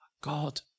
God